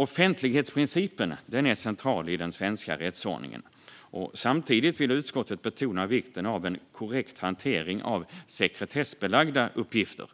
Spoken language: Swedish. Offentlighetsprincipen är central i den svenska rättsordningen. Samtidigt vill utskottet betona vikten av en korrekt hantering av sekretessbelagda uppgifter.